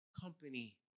company